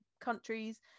countries